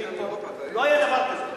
היושבת-ראש, אני אומר לך: לא היה דבר כזה.